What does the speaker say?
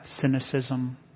cynicism